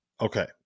Okay